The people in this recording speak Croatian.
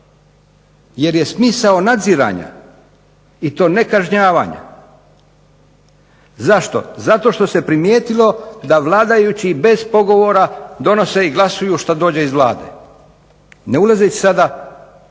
Jer je smisao nadziranja i to ne kažnjavanja. Zašto? Zato što se primijetilo da vladajući bez pogovora donose i glasuju što dođe iz Vlade. Ne ulazeći sada